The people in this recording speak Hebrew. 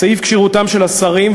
סעיף כשירותם של השרים,